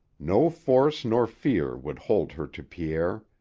no force nor fear would hold her to pierre.